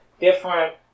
different